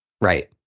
Right